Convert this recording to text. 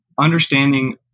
understanding